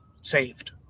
saved